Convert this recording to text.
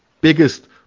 biggest